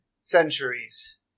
centuries